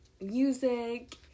music